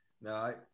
no